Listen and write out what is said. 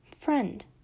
friend